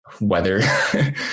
weather